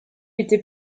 été